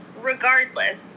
Regardless